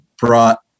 brought